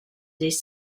his